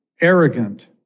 arrogant